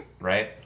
Right